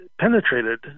penetrated